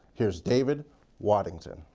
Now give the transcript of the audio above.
here's david watting ton.